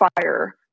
fire